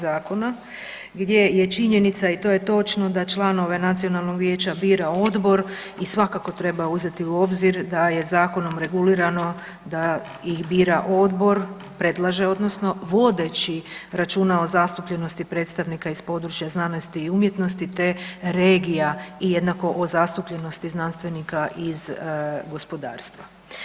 Zakona gdje je činjenica i to je točno da članove Nacionalnog vijeća bira odbor i svakako treba uzeti u obzir da je zakonom regulirano da ih bira odbor, predlaže odnosno vodeći računa o zastupljenosti predstavnika iz područja znanosti i umjetnosti, te regija i jednako o zastupljenosti znanstvenika iz gospodarstva.